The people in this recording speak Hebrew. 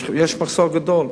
יש מחסור גדול.